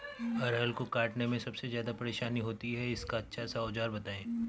अरहर को काटने में सबसे ज्यादा परेशानी होती है इसका अच्छा सा औजार बताएं?